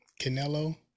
Canelo